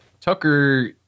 Tucker